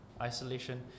Isolation